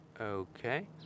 Okay